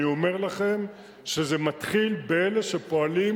אני אומר לכם שזה מתחיל באלה שפועלים